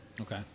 Okay